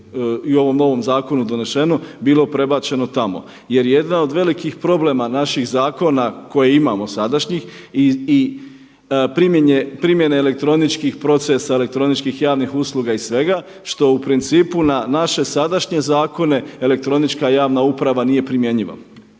i ovom novom zakonu donešeno bilo prebačeno tamo. Jer jedan od velikih problema naših zakona koje imamo sadašnjih i primjene elektroničkih procesa, elektroničkih, javnih usluga i svega što u principu na naše sadašnje zakone elektronička javna uprava nije primjenjiva.